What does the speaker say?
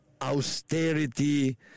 austerity